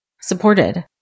supported